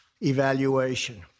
evaluation